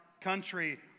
country